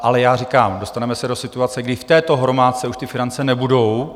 Ale já říkám, dostaneme se do situace, kdy v této hromádce už ty finance nebudou.